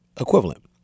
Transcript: equivalent